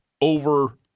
over